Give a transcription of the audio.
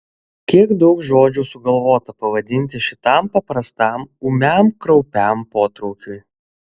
kiek daug žodžių sugalvota pavadinti šitam paprastam ūmiam kraupiam potraukiui